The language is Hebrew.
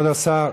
כבוד השר,